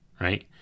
right